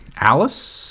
Alice